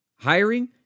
Hiring